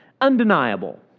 Undeniable